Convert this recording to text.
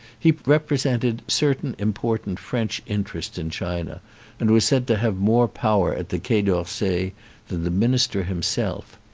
he represented certain important french interests in china and was said to have more power at the quai d'orsay than the minister himself.